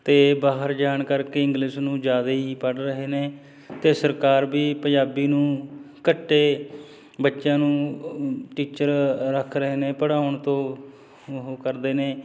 ਅਤੇ ਬਾਹਰ ਜਾਣ ਕਰਕੇ ਇੰਗਲਿਸ਼ ਨੂੰ ਜ਼ਿਆਦਾ ਹੀ ਪੜ੍ਹ ਰਹੇ ਨੇ ਅਤੇ ਸਰਕਾਰ ਵੀ ਪੰਜਾਬੀ ਨੂੰ ਘੱਟ ਬੱਚਿਆਂ ਨੂੰ ਟੀਚਰ ਰੱਖ ਰਹੇ ਨੇ ਪੜ੍ਹਾਉਣ ਤੋਂ ਉਹ ਕਰਦੇ ਨੇ